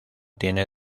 tiene